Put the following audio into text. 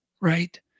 right